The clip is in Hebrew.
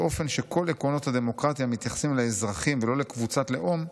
באופן שכול עקרונות הדמוקרטיה מתייחסים לאזרחים ולא לקבוצת לאום,